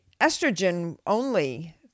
estrogen-only